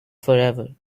forever